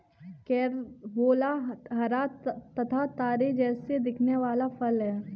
carambola हरा तथा तारे जैसा दिखने वाला फल है